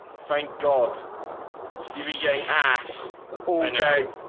thank god he be gay ass all in bag.